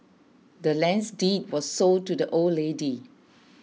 the lands deed was sold to the old lady